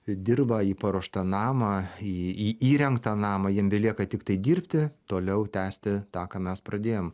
dirvą į paruoštą namą į įrengtą namą jiem belieka tiktai dirbti toliau tęsti tą ką mes pradėjom